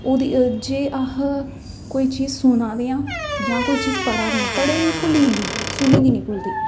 ओह्दे जे अस कोई चीज सुना दे आं जां कोई चीज पढ़ा दे आं पढ़े दे एह् भुल्ली जंदी सुनी दी निं भुल्लदी